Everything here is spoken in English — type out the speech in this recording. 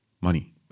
money